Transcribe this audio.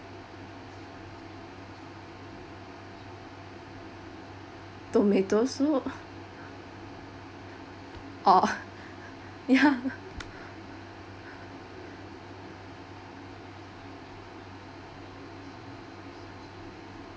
tomato soup orh ya